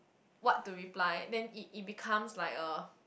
what to reply then it it becomes like a